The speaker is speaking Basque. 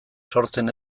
sortzen